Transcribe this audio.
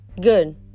good